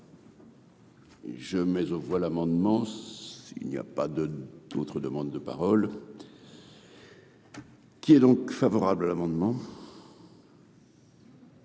je mets aux voix l'amendement s'il n'y a pas de d'autres demandes de parole. Qui est donc favorable à l'amendement.